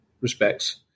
respects